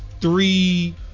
Three